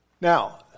Now